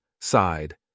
sighed